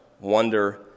wonder